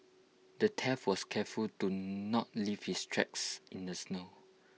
the thief was careful to not leave his tracks in the snow